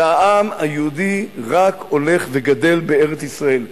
והעם היהודי רק הולך וגדל בארץ-ישראל,